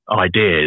ideas